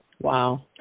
Wow